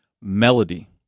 Melody